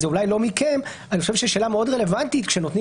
אני חושב ששאלה מאוד רלוונטית כאשר נותנים